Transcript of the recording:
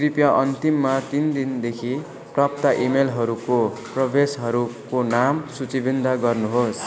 कृपया अन्तिम तिन दिनदेखि प्राप्त इमेलहरूको प्रेषकहरूको नाम सूचीबद्ध गर्नु होस्